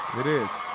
it is.